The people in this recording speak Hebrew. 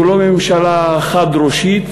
זו לא ממשלה חד-ראשית.